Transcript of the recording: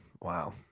wow